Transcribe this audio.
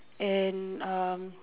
and um